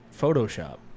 Photoshop